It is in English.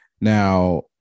now